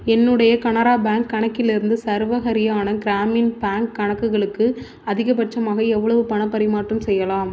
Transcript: என்னுடைய கனரா பேங்க் கணக்கிலிருந்து சர்வ ஹரியானா கிராமின் பேங்க் கணக்குகளுக்கு அதிகபட்சமாக எவ்வளவு பணபரிமாற்றம் செய்யலாம்